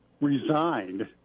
resigned